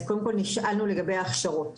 קודם כל נשאלנו לגבי הכשרות.